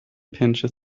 pinches